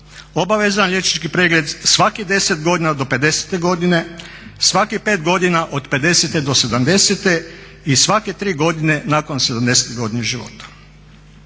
Obavezan liječnički pregled svakih 10 godina do 50 godine, svakih 5 godina od 50 do 70 i svake 3 godine nakon 70 godine života.